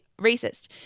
racist